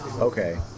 Okay